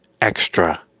extra